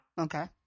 Okay